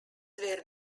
were